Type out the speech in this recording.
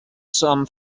some